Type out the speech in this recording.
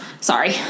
Sorry